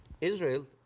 Israel